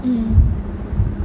mm